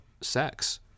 sex